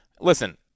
Listen